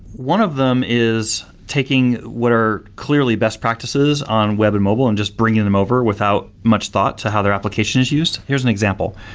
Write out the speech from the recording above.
one of them is taking what are clearly best practices on web and mobile and just bringing them over without much thought to how their application is used. here's an example,